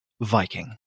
Viking